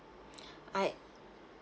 I